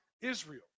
Israel